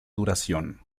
duración